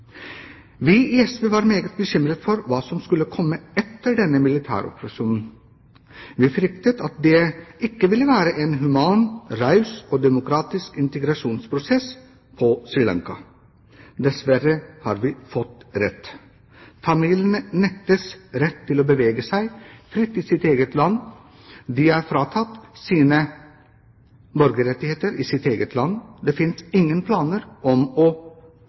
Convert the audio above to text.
Vi i SV var meget bekymret for hva som skulle komme etter denne militæroperasjonen. Vi fryktet at det ikke ville være en human, raus og demokratisk integrasjonsprosess på Sri Lanka. Dessverre har vi fått rett. Tamilene nektes rett til å bevege seg fritt i sitt eget land. De er fratatt sine borgerrettigheter i eget land. Det finnes ingen planer om å